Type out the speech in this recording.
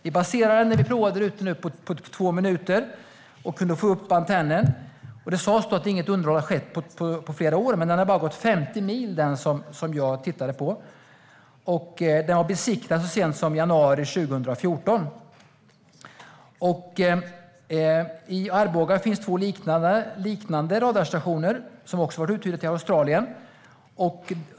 Vi baserade det, när vi provade det där ute, på två minuter och kunde få upp antennen. Det sas då att inget underhåll hade skett på flera år, men det som jag tittade på hade bara gått 50 mil. Och det var besiktigat så sent som i januari 2014. I Arboga finns två liknande radarstationer som också har varit uthyrda till Australien.